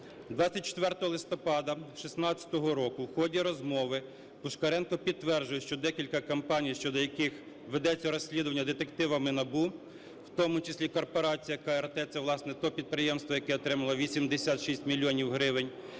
24 листопада 2016 року в ході розмови Пушкаренко підтверджує, що декілька компаній, щодо яких ведеться розслідування детективами НАБУ, в тому числі "Корпорація КРТ" - це, власне, те підприємство, яке отримало 86 мільйонів гривень